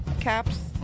caps